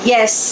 Yes